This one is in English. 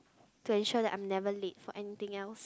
to ensure that I'm never late for anything else